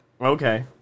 Okay